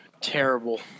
terrible